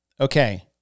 okay